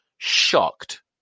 shocked